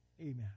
Amen